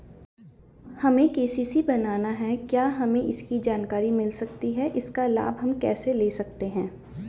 हमें के.सी.सी बनाना है क्या हमें इसकी जानकारी मिल सकती है इसका लाभ हम कैसे ले सकते हैं?